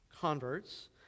Converts